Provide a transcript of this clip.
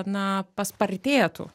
na paspartėtų